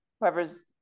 whoever's